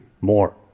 more